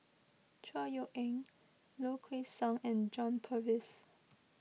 Chor Yeok Eng Low Kway Song and John Purvis